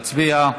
להצביע.